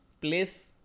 place